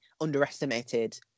underestimated